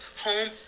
home